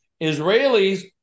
Israelis